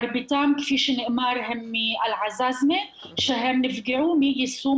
מרביתם כפי שנאמר הם מאל-עזאזמה שהם נפגעו מיישום